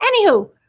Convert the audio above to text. anywho